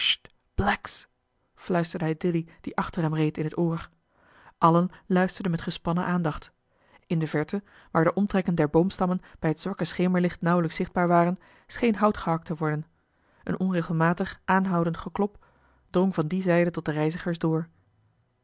zwarten fluisterde hij dilly die achter hem reed in het oor allen luisterden met gespannen aandacht in de verte waar de omtrekken der boomstammen bij t zwakke schemerlicht nauwelijks zichtbaar waren scheen hout gehakt te worden een onregelmatig aanhoudend geklop drong van die zijde tot de reizigers door